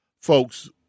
Folks